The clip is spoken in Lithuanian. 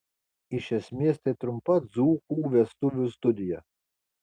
iš esmės tai trumpa dzūkų vestuvių studija